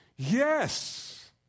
Yes